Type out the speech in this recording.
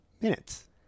minutes